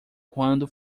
quando